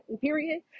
period